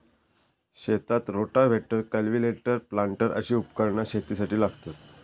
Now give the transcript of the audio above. शेतात rotavator, cultivator, planter अशी उपकरणा शेतीसाठी लागतत